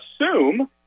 assume